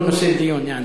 יעני בכל נושא דיון.